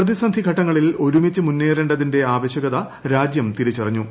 പ്രതിസന്ധി ഘട്ടങ്ങളിൽ ഒരുമിച്ച് മുന്നേറേണ്ടതിന്റെ ആവശ്യകത രാജ്യം തിരിച്ചറിഞ്ഞു